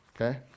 okay